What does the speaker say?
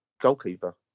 goalkeeper